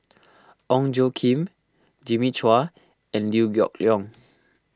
Ong Tjoe Kim Jimmy Chua and Liew Geok Leong